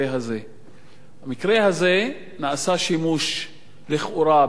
במקרה הזה נעשה שימוש לכאורה בחופש הביטוי,